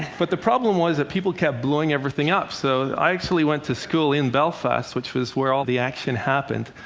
but the problem was that people kept blowing everything up. so i actually went to school in belfast, which was where all the action happened.